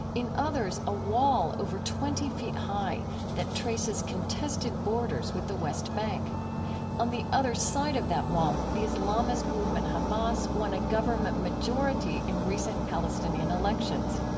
in others, a wall over twenty feet high that traces contested borders with the west bank on the other side of that wall, the islamist movement hamas won a government majority in recent palestinian elections.